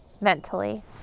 mentally